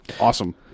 awesome